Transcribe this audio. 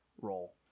role